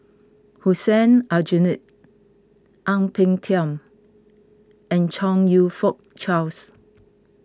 Hussein Aljunied Ang Peng Tiam and Chong You Fook Charles